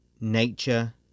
nature